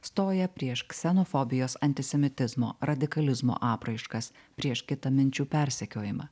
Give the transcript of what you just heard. stoja prieš ksenofobijos antisemitizmo radikalizmo apraiškas prieš kitaminčių persekiojimą